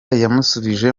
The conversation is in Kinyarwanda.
yamusubije